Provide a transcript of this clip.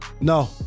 No